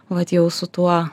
vat jau su tuo